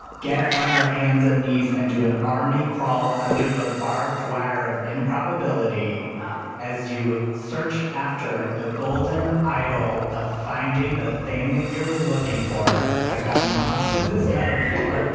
get on your hands and knees, and do an army crawl under the barbed wire of improbability. oh, wow. as you search after the golden idol of finding the thing you're looking for. i've gotten lost in this metaphor